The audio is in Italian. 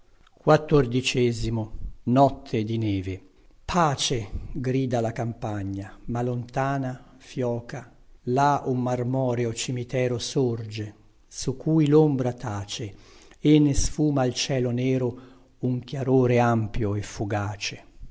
calma estiva pace grida la campana ma lontana fioca là un marmoreo cimitero sorge su cui lombra tace e ne sfuma al cielo nero un chiarore ampio e fugace